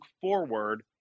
forward